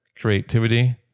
creativity